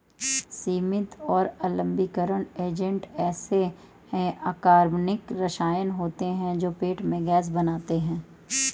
सीमित और अम्लीकरण एजेंट ऐसे अकार्बनिक रसायन होते हैं जो पेट में गैस बनाते हैं